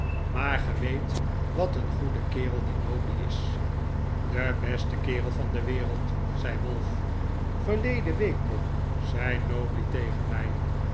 ge weet wat een goede kerel die nobley is de beste kerel van de wereld zei wolf verleden week nog zei nobley tegen mij